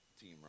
team